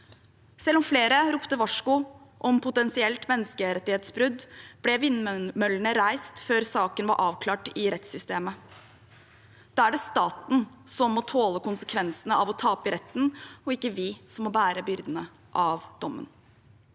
Selv om flere ropte varsko om potensielt menneskerettighetsbrudd, ble vindmøllene reist før saken var avklart i rettssystemet. Da er det staten som må tåle konsekvensene av å tape i retten, og ikke vi som skal bære byrden av dommen.